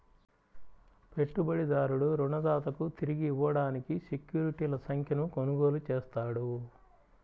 పెట్టుబడిదారుడు రుణదాతకు తిరిగి ఇవ్వడానికి సెక్యూరిటీల సంఖ్యను కొనుగోలు చేస్తాడు